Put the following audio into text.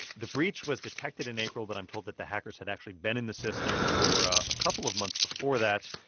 the breach was detected in april, but i'm told that the hackers had actually been in the system for a ah couple of months before that.